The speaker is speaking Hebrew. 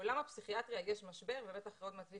- בעולם הפסיכיאטריה יש משבר וייקח עוד זמן